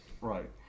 Right